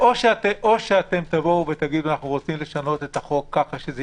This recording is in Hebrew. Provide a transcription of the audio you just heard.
או תבואו ותגידו: אנחנו רוצים לשנות את החוק כך שזה